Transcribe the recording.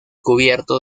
cubierto